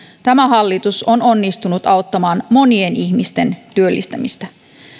tämä hallitus on onnistunut auttamaan monien ihmisten työllistämistä